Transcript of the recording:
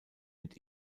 mit